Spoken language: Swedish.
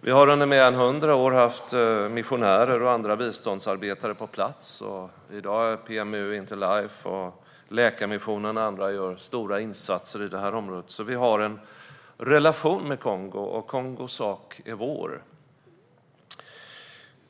Vi har under mer än 100 år haft missionärer och andra biståndsarbetare på plats. I dag gör PMU Interlife, Läkarmissionen och andra stora insatser i området. Vi har en relation med Kongo, och Kongos sak är vår.